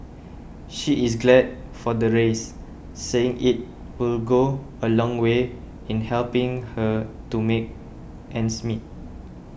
she is glad for the raise saying it will go a long way in helping her to make ends meet